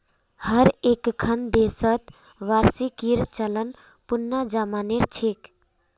हर एक्खन देशत वार्षिकीर चलन पुनना जमाना छेक